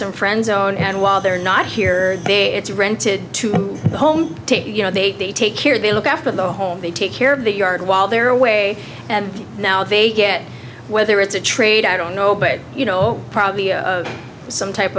d friends own and while they're not here it's rented home you know they take care they look after the home they take care of the yard while they're away and now they get whether it's a trade i don't know but you know probably some type